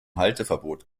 halteverbot